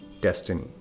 destiny